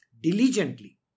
Diligently